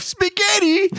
Spaghetti